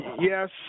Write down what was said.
yes